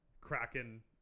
Kraken –